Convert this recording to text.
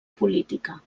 política